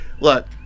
look